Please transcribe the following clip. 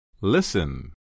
Listen